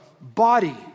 body